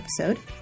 episode